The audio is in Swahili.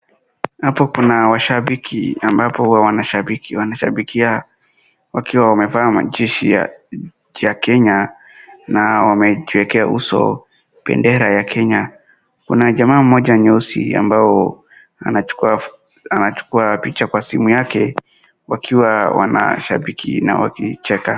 Hapo kuna washabiki ambapo wanashabikia wakiwa wamevaa majezi ya Kenya na wajiekea uso bendera ya Kenya. Kuna jamaa mmoja nyeusi ambao anachukua picha kwa simu yake wakiwa wanashabiki na wakicheka.